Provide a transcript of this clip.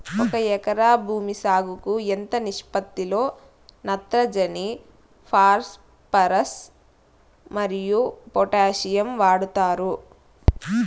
ఒక ఎకరా భూమి సాగుకు ఎంత నిష్పత్తి లో నత్రజని ఫాస్పరస్ మరియు పొటాషియం వాడుతారు